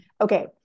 Okay